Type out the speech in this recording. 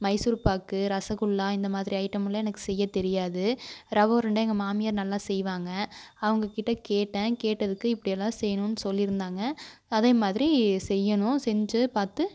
மைசூர் பாக்கு ரசகுல்லா இந்த மாதிரி ஐட்டமுல்லாம் எனக்கு செய்யத் தெரியாது ரவா உருண்டை எங்கள் மாமியார் நல்லா செய்வாங்க அவங்கக் கிட்டே கேட்டேன் கேட்டதுக்கு இப்படியெல்லாம் செய்யணும்னு சொல்லியிருந்தாங்க அதே மாதிரி செய்யணும் செஞ்சு பார்த்து